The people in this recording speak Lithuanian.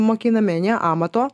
mokinami ane amato